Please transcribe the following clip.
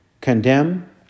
condemn